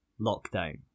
lockdown